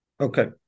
Okay